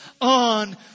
on